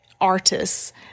artists